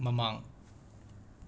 ꯃꯃꯥꯡ